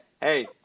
Hey